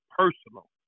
personal